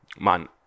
man